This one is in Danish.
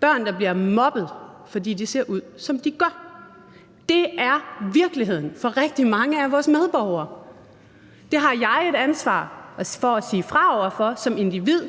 børn, der bliver mobbet, fordi de ser ud, som de gør – det er virkeligheden for rigtig mange af vores medborgere. Det har jeg et ansvar for at sige fra over for som individ